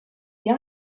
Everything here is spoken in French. est